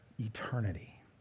eternity